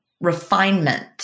refinement